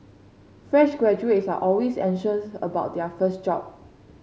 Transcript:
fresh graduates are always anxious about their first job